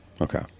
Okay